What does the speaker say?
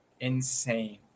Insane